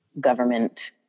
government